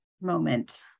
moment